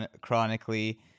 chronically